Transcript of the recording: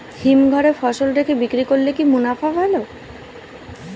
হিমঘরে ফসল রেখে বিক্রি করলে কি মুনাফা ভালো?